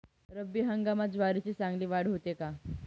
रब्बी हंगामात ज्वारीची चांगली वाढ होते का?